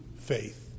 faith